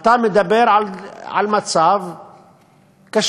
אתה מדבר על מצב קשה.